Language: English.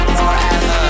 forever